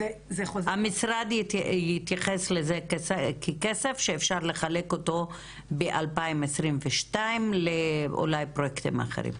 המשרד יתייחס לזה ככסף שאפשר לחלק אותו ב-2022 אולי לפרויקטים אחרים,